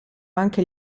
anche